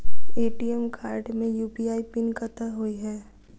ATM card मे UPI PIN कतह होइ है?